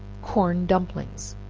corn dumplings.